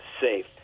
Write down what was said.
safe